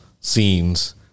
scenes